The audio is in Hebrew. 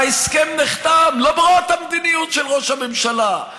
ההסכם נחתם למרות המדיניות של ראש הממשלה,